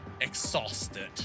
exhausted